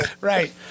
Right